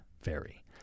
vary